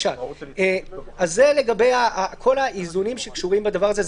זה לגבי כל האיזונים שקשורים בדבר הזה.